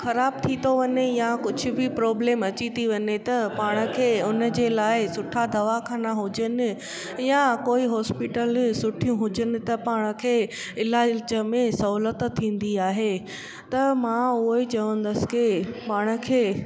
ख़राबु थी थो वञे या कुझु बि प्रॉब्लम अची थी वञे त पाण खे हुन जे लाइ सुठा दवाखाना हुजनि या कोई हॉस्पिटल सुठियूं हुजनि त पाण खे इलाज में सहूलियत थींदी आहे त मां उहो ई चवंदसि की पाण खे